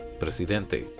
Presidente